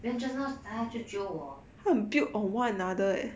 then just now 他就 jio 我